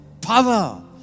power